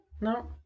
No